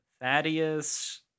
Thaddeus